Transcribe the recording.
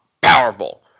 powerful